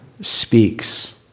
speaks